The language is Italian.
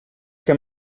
che